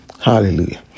Hallelujah